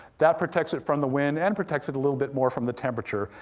that protects it from the wind, and protects it a little bit more from the temperature.